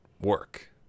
work